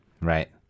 Right